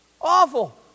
Awful